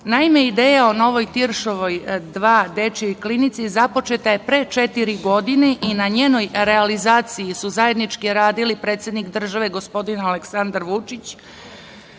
ideja o novoj Tiršovoj 2 dečijoj klinici započeta je pre četiri godine i na njenoj realizaciji su zajednički radili predsednik države, gospodin Aleksandar Vučić,